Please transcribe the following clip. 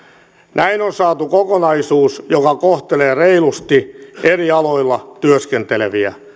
näin on saatu kokonaisuus joka kohtelee reilusti eri aloilla työskenteleviä